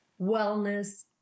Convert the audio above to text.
wellness